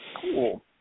Cool